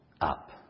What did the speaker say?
up